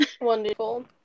Wonderful